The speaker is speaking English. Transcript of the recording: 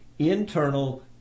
Internal